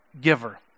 giver